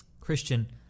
Christian